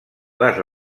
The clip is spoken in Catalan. les